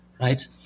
right